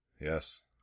Yes